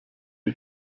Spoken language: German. die